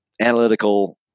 analytical